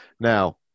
Now